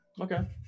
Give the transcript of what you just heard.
Okay